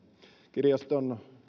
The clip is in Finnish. kirjaston